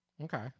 Okay